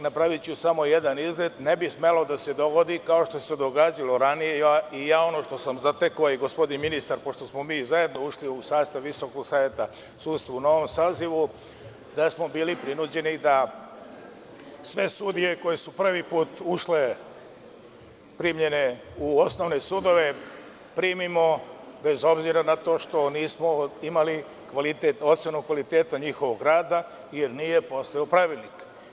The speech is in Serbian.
Napraviću samo jedan izlet, ne bi smelo da se dogodi kao što se događalo ranije, ono što sam zatekao a i gospodin ministar pošto smo mi zajedno ušli u sastav Visokog saveta sudstva u novom sazivu, da smo bili prinuđeni da sve sudije koje su prvi put ušle, primljene u osnovne sudove primimo, bez obzira na to što nismo imali ocenu kvaliteta njihovog rada jer nije postojao pravilnik.